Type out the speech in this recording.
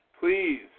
please